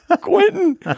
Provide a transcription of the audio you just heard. Quentin